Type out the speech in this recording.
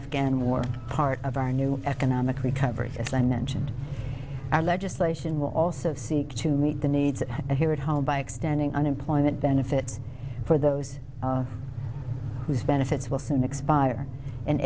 afghan war part of our new economic recovery as i mentioned our legislation will also seek to meet the needs of here at home by extending unemployment benefits for those whose benefits will soon expire in